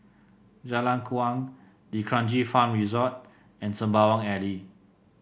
Jalan Kuang D'Kranji Farm Resort and Sembawang Alley